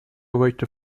waited